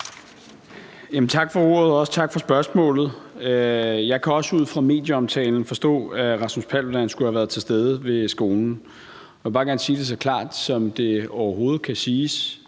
Tak for ordet, og også tak for spørgsmålet. Jeg kan også ud fra medieomtalen forstå, at Rasmus Paludan skulle have været til stede ved skolen. Jeg vil bare gerne sige det så klart, som det overhovedet kan siges: